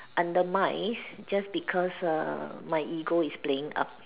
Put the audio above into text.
undermine just because err my ego is playing up